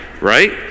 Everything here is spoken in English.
right